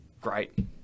great